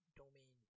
domain